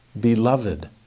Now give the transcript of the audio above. Beloved